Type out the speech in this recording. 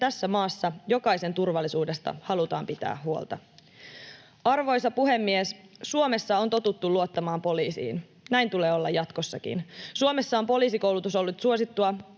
tässä maassa jokaisen turvallisuudesta halutaan pitää huolta. Arvoisa puhemies! Suomessa on totuttu luottamaan poliisiin. Näin tulee olla jatkossakin. Suomessa poliisikoulutus on ollut suosittua